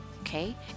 Okay